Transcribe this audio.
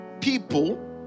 people